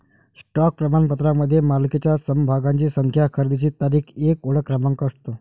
stock प्रमाणपत्रामध्ये मालकीच्या समभागांची संख्या, खरेदीची तारीख, एक ओळख क्रमांक असतो